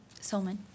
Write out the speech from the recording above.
Solman